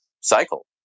cycle